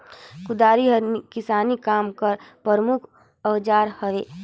कुदारी हर किसानी काम कर परमुख अउजार हवे